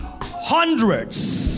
hundreds